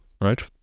right